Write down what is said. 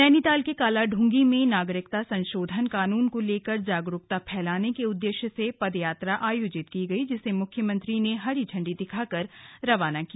नैनीताल के कालाढूंगी में नागरिकता संशोधन कानून को लेकर जागरुकता फैलाने के उद्देश्य से पदयात्रा आयोजित की गयी जिसे मुख्यमंत्री ने हरी झंडी दिखाकर रवाना किया